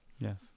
Yes